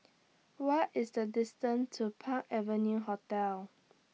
What IS The distance to Park Avenue Hotel